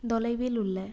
தொலைவில் உள்ள